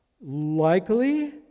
Likely